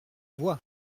voie